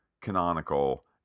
canonical